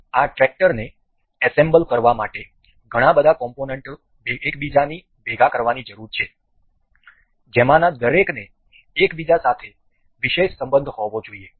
આ ટ્રેક્ટરને એસેમ્બલ કરવા માટે ઘણા બધા કોમ્પોનન્ટો એકબીજાને ભેગા કરવાની જરૂર છે જેમાંના દરેકને એકબીજા સાથે વિશેષ સંબંધ હોવો જોઈએ